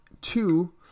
Two